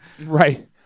Right